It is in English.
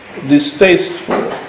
distasteful